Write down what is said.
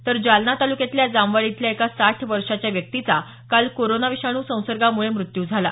तर जालना तालुक्यातल्या जामवाडी इथल्या एका साठ वर्षाच्या व्यक्तीचा कोरोना विषाणू संसर्गामुळे काल मृत्यू झाला